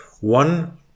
one